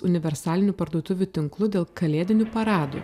universalinių parduotuvių tinklu dėl kalėdinių paradų